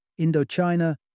Indochina